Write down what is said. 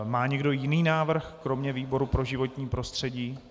Má někdo jiný návrh kromě výboru pro životní prostředí?